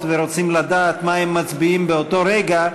ורוצים לדעת על מה הם מצביעים באותו רגע,